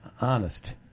Honest